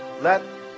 let